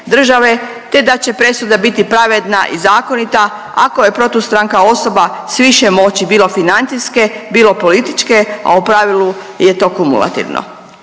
te da će presuda biti pravedna i zakonita, ako je protustranka osoba s više moći, bilo financijske, bilo političke, a u pravilu je to kumulativno.